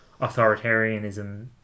authoritarianism